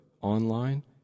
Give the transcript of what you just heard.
online